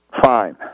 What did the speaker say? fine